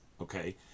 Okay